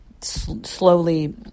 slowly